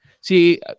see